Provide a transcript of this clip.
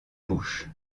bouche